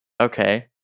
okay